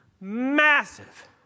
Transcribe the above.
Massive